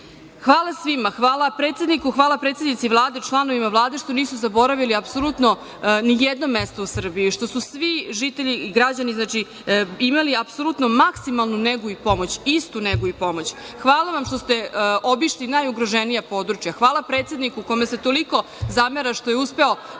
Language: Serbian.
svi. Hvala svima, hvala predsedniku, hvala predsednici Vlade, članovima Vlade što nisu zaboravili apsolutno nijedno mesto u Srbiji, što su svi žitelji i građani imali apsolutno maksimalnu negu i pomoć, istu negu i pomoć, hvala vam što ste obišli najugroženija područja, hvala predsedniku kome se toliko zamera što je uspeo